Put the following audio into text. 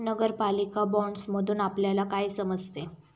नगरपालिका बाँडसमधुन आपल्याला काय समजते?